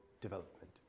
development